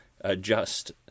adjust